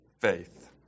faith